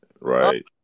right